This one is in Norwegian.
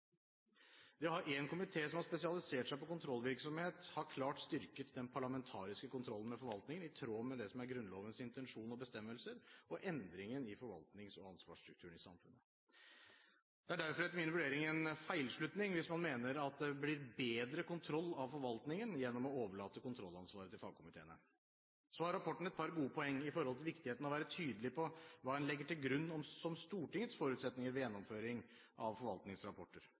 å ha én komité som har spesialisert seg på kontrollvirksomhet, har klart styrket den parlamentariske kontrollen med forvaltningen, i tråd med det som er Grunnlovens intensjon og bestemmelser, og endringen i forvaltnings- og ansvarsstrukturen i samfunnet. Det er derfor etter min vurdering en feilslutning hvis man mener at det blir bedre kontroll av forvaltningen gjennom å overlate kontrollansvaret til fagkomiteene. Så har rapporten et par gode poeng når det gjelder viktigheten av å være tydelig på hva en legger til grunn som Stortingets forutsetninger ved gjennomføring av forvaltningsrapporter.